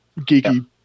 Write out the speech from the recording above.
geeky